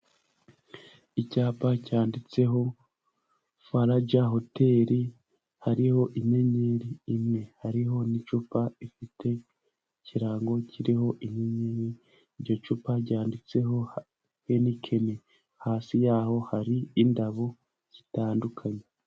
Icyapa cyanditseho Faraja Hoteli, hariho inyenyeri imwe, hariho n'icupa rifite ikirango kiriho inyenyeri. Iryo cupa ryanditseho Henikeni, hasi yaho hari indabo zitandukanye.